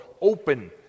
open